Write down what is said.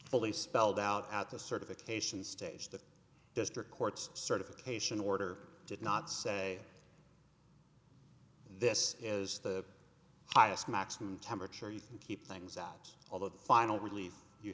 fully spelled out at the certification stage the district court's certification order did not say this is the highest maximum temperature you think keep things out although the final release you